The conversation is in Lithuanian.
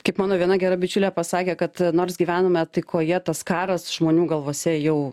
kaip mano viena gera bičiulė pasakė kad nors gyvename taikoje tas karas žmonių galvose jau